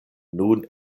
nun